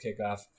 kickoff